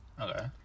Okay